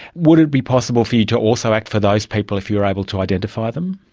would it be possible for you to also act for those people if you are able to identify them?